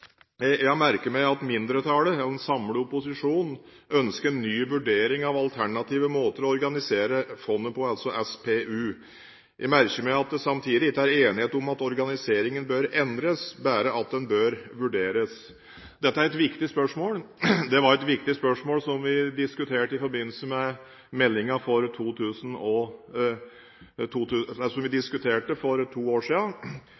Jeg har merket meg at mindretallet – en samlet opposisjon – ønsker en ny vurdering av alternative måter å organisere fondet på, altså SPU. Jeg merker meg at det samtidig ikke er enighet om at organiseringen bør endres, men bare at den «bør vurderes». Dette er et viktig spørsmål, det var et viktig spørsmål som vi diskuterte for to år siden. Departementet konkluderte da med at dagens organisasjonsmodell alt i